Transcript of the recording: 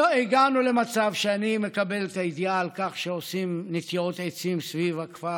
הגענו למצב שאני מקבל את הידיעה על כך שעושים נטיעות עצים סביב הכפר